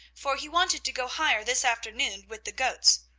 for he wanted to go higher this afternoon with the goats,